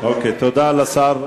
תודה לשר.